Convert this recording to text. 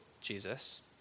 Jesus